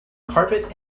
carpet